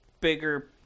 bigger